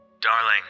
Darling